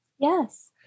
Yes